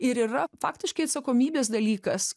ir yra faktiškai atsakomybės dalykas